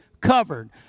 covered